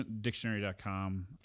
Dictionary.com